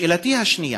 שאלתי השנייה: